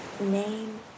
Name